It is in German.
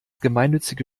gemeinnützige